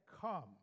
come